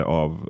av